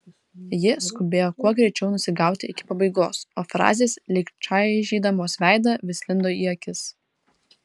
ji skubėjo kuo greičiau nusigauti iki pabaigos o frazės lyg čaižydamos veidą vis lindo į akis